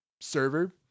server